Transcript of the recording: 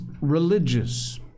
religious